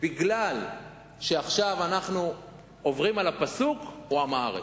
מפני שעכשיו אנחנו עוברים על הפסוק הוא עם הארץ.